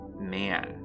man